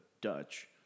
Dutch